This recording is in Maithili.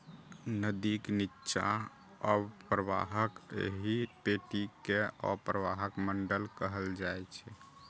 नदीक निच्चा अवप्रवाहक एहि पेटी कें अवप्रवाह मंडल कहल जाइ छै